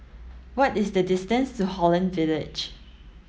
what is the distance to Holland Village